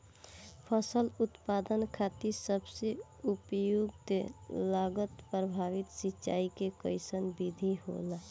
फसल उत्पादन खातिर सबसे उपयुक्त लागत प्रभावी सिंचाई के कइसन विधि होला?